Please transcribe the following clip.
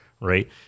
right